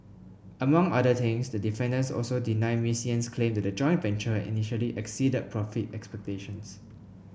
among other things the defendants also deny Ms Yen's claims that the joint venture had initially exceeded profit expectations